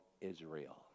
Israel